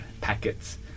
packets